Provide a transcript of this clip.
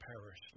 perish